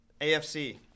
AFC